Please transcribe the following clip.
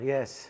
Yes